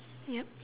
yup